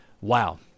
Wow